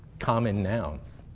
common nouns.